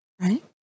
right